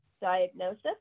diagnosis